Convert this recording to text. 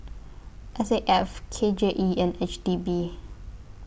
S A F K J E and H D B